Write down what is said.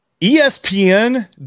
ESPN